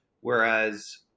Whereas